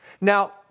Now